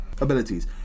Abilities